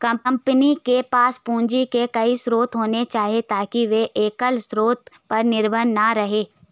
company के पास पूंजी के कई स्रोत होने चाहिए ताकि वे एकल स्रोत पर निर्भर न रहें